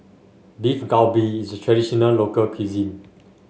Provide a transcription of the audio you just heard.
Beef Galbi is a traditional local cuisine